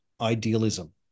idealism